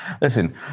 Listen